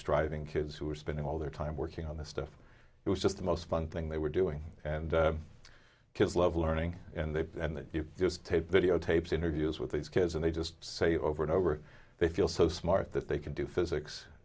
striving kids who were spending all their time working on this stuff it was just the most fun thing they were doing and kids love learning and they and you just take videotapes interviews with these kids and they just say over and over they feel so smart that they can do physics